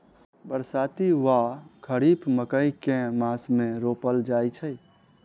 बरसाती वा खरीफ मकई केँ मास मे रोपल जाय छैय?